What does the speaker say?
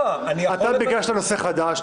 אתה ביקשת לטעון נושא חדש.